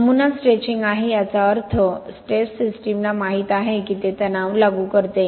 नमुना स्ट्रेचिंग आहे आणि याचा अर्थ टेस्ट सिस्टमला माहित आहे की ते तणाव लागू करते